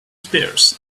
spears